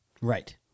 Right